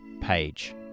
page